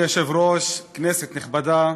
אדוני היושב-ראש, כנסת נכבדה,